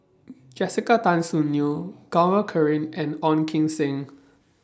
Jessica Tan Soon Neo Gaurav caring and Ong Kim Seng